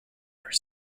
were